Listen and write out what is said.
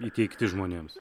įteikti žmonėms